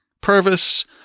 Purvis